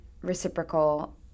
reciprocal